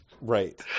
right